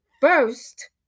first